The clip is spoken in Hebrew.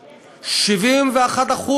71%,